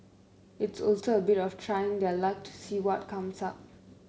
it's also a bit of trying their luck to see what comes up